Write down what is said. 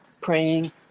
Praying